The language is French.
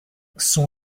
son